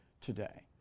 today